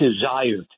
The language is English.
desired